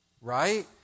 right